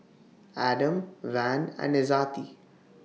Adam Wan and Izzati